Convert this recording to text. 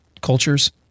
cultures